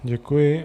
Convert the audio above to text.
Děkuji.